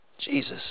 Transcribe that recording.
Jesus